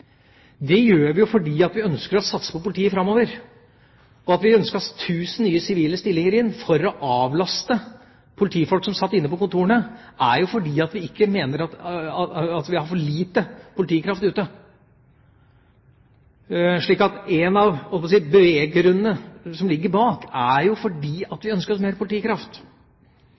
Det gjør vi fordi vi ønsker å satse på politiet framover. At vi ønsket oss 1 000 nye sivile stillinger for å avlaste politifolk som satt inne på kontorene, er ikke fordi vi mener at vi har for lite politikraft ute. En av beveggrunnene som ligger bak, er at vi ønsker oss mer politikraft.